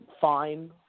fine